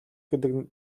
гэдэг